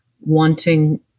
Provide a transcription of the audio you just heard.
wanting